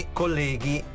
colleghi